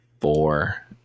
four